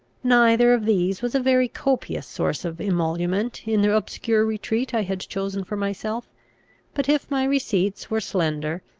neither of these was a very copious source of emolument in the obscure retreat i had chosen for myself but, if my receipts were slender,